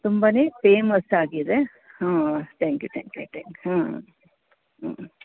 ತುಂಬನೆ ಪೇಮಸ್ ಆಗಿದೆ ಹಾಂ ತ್ಯಾಂಕ್ ಯು ತ್ಯಾಂಕ್ ಯು ಹಾಂ ಹ್ಞೂ